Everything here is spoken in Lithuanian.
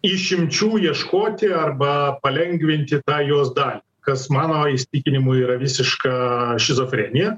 išimčių ieškoti arba palengvinti tą jos dalį kas mano įsitikinimu yra visiška šizofrenija